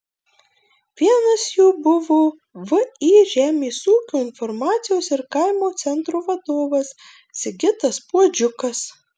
vienas jų buvo vį žemės ūkio informacijos ir kaimo centro vadovas sigitas puodžiukas